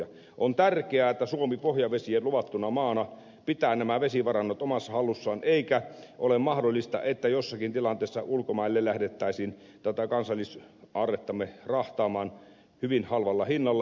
on tärkeää että suomi pohjavesien luvattuna maana pitää nämä vesivarannot omassa hallussaan eikä ole mahdollista että jossakin tilanteessa ulkomaille lähdettäisiin tätä kansallisaarrettamme rahtaamaan hyvin halvalla hinnalla